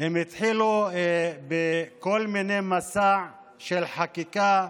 הם התחילו במסע של חקיקה,